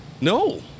No